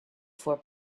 four